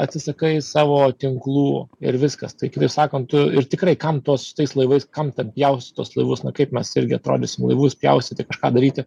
atsisakai savo tinklų ir viskas tai kitaip sakant tu ir tikrai kam tos su tais laivais kam ten pjaustyt tuos laivus na kaip mes irgi atrodysim laivus pjaustyti kažką daryti